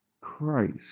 Christ